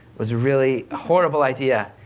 was a really horrible idea,